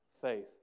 faith